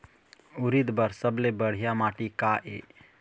उरीद बर सबले बढ़िया माटी का ये?